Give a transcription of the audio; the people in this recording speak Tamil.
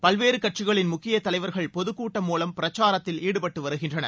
பல்வேறு கட்சிகளின் முக்கிய தலைவர்கள் பொதுக்கூட்டம் மூவம் பிரச்சாரத்தில் ஈடுபட்டு வருகின்றனர்